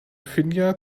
finja